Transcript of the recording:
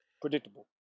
Predictable